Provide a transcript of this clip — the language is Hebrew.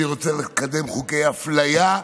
אני רוצה לקדם חוקי אפליה,